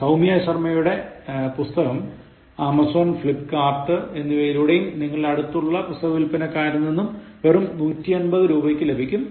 സൌമ്യ ശർമയുടെ പുസ്തകം Amazon Flipkart എന്നിവയിലൂടെയും നിങ്ങളുടെ അടുത്തുള്ള പുസ്തക വിൽപ്പനക്കാരിൽ നിന്നും വെറും നൂറ്റി എൺപത് രൂപക്ക് ലഭിക്കും